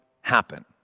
happen